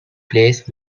placed